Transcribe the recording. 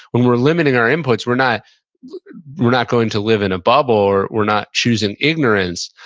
when we're limiting our inputs, we're not we're not going to live in a bubble or we're not choosing ignorance,